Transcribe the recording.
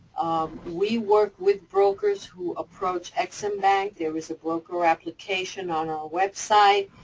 we work with brokers who approach ex-im bank. there is a broker application on our website.